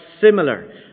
similar